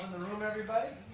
the room everybody?